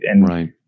Right